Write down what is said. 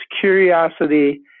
Curiosity